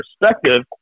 perspective